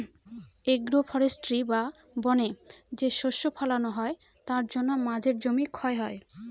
agro forestry বা বনে যে শস্য ফলানো হয় তার জন্য মাঝের জমি ক্ষয় হয়